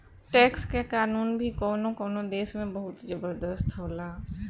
tax के कानून भी कवनो कवनो देश में बहुत जबरदस्त होला